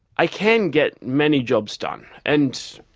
i can get many jobs done and